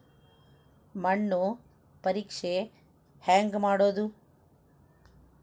ಮಣ್ಣು ಪರೇಕ್ಷೆ ಹೆಂಗ್ ಮಾಡೋದು?